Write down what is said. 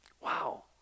Wow